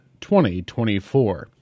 2024